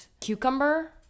cucumber